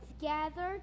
gathered